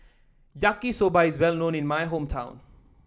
Yaki Soba is well known in my hometown